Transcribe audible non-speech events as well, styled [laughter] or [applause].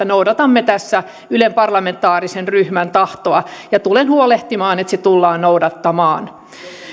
[unintelligible] noudatamme tässä ylen parlamentaarisen ryhmän tahtoa ja tulen huolehtimaan että sitä tullaan noudattamaan